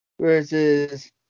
Versus